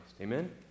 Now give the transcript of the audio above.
Amen